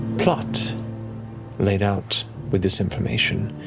plot laid out with this information,